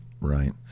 Right